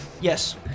Yes